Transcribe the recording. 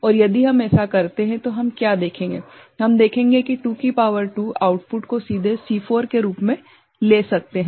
और यदि हम ऐसा करते हैं तो हम क्या देखेंगे हम देखेंगे की 2 की शक्ति 2 आउटपुट को सीधे C4 के रूप में ले सकते हैं